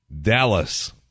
Dallas